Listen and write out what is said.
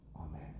Amen